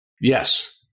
Yes